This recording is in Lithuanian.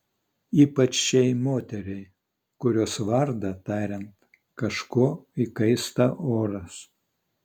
ypač šiai moteriai kurios vardą tariant kažko įkaista oras